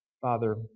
Father